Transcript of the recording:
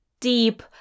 Deep